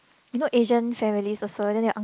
you know Asian families also then your un~